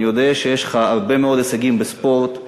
אני יודע שיש לך הרבה מאוד הישגים בספורט,